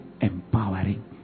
empowering